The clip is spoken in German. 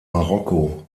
marokko